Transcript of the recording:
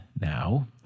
now